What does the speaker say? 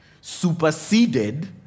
superseded